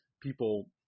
people